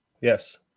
Yes